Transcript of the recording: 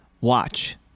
Watch